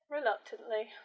Reluctantly